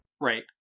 Right